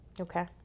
okay